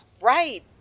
Right